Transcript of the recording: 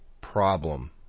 problem